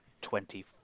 twenty